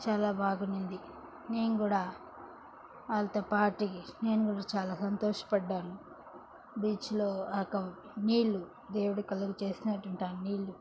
చాలా బాగున్నింది నేను కూడా వాళ్ళతో పార్టీ నేను కూడా చాలా సంతోషపడ్డాను బీచ్లో నీళ్ళు దేవుడు కలుగ చేసినటువంటి ఆ నీళ్ళు